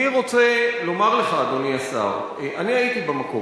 אני לא בטוח שהוא נפלש.